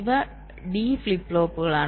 ഇവ D flip ഫ്ലോപ്പുകളാണ്